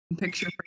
picture